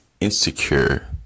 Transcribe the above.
insecure